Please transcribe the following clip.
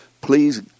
Please